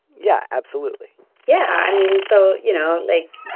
yeah absolutely yeah. i mean so you know like.